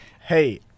Hey